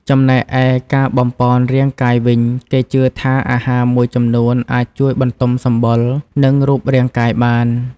ចំណែកឯ ការបំប៉នរាងកាយវិញ គេជឿថាអាហារមួយចំនួនអាចជួយបន្ទំសម្បុរ និងរូបរាងកាយបាន។